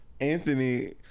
Anthony